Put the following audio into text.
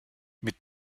mit